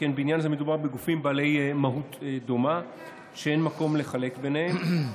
שכן בעניין זה מדובר בגופים בעלי מהות דומה שאין מקום לחלק ביניהם.